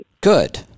Good